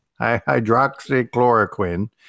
Hydroxychloroquine